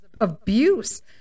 abuse